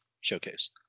Showcase